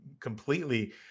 completely